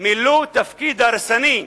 מילאו תפקיד הרסני,